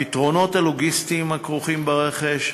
הפתרונות הלוגיסטיים הכרוכים ברכש,